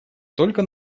только